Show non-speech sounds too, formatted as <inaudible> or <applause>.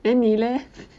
then 你 leh <laughs>